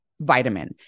vitamin